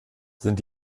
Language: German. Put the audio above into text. sind